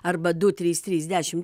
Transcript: arba du trys trys dešim